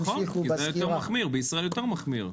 נכון, כי בישראל יותר מחמיר.